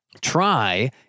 Try